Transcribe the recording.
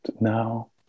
now